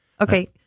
okay